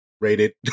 Rated